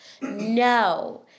no